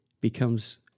becomes